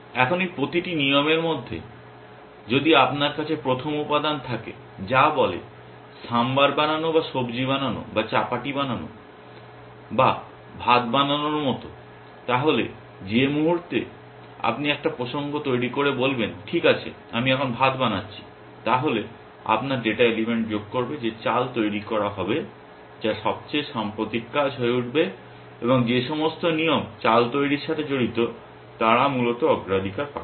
এখন এই প্রতিটি নিয়মের মধ্যে যদি আপনার কাছে প্রথম উপাদান থাকে যা বলে সাম্বার বানানো বা সবজি বানানো বা চাপাটি বানানো বা ভাত বানানোর মতো তাহলে যে মুহূর্তে আপনি একটা প্রসঙ্গ তৈরি করে বলবেন ঠিক আছে এখন আমি ভাত বানাচ্ছি তাহলে আপনার ডাটা এলিমেন্ট যোগ করবে যে চাল তৈরি করা হবে যা সবচেয়ে সাম্প্রতিক কাজ হয়ে উঠবে এবং যে সমস্ত নিয়ম চাল তৈরির সাথে জড়িত তারা মূলত অগ্রাধিকার পাবে